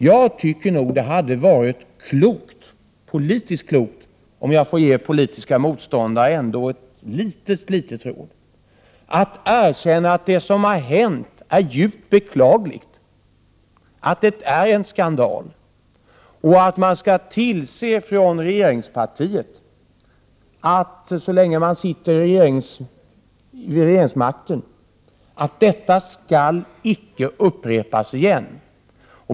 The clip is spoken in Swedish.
Jag tycker nog att det hade varit politiskt klokt — om jag får ge politiska motståndare ett litet råd — att erkänna att det som har hänt är djupt beklagligt, att det är en skandal och att man från regeringens sida så länge man har regeringsmakten skall tillse att detta icke upprepas.